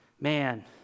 man